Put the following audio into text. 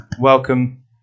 welcome